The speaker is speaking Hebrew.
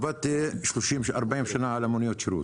עבדתי 40 שנה על מוניות שירות